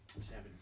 seven